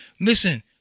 Listen